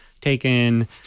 Taken